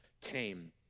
came